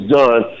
done